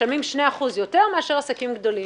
משלמים שני אחוזים יותר מאשר עסקים גדולים.